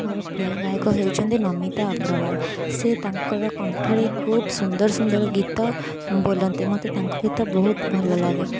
ମୋର ପ୍ରିୟ ଗାୟକ ହେଉଛନ୍ତି ନମିତା ଅଗ୍ରୱାଲ ସେ ତାଙ୍କର କଣ୍ଠରେ ଖୁବ ସୁନ୍ଦର ସୁନ୍ଦର ଗୀତ ବୋଲନ୍ତି ମୋତେ ତାଙ୍କ ଗୀତ ବହୁତ ଭଲ ଲାଗେ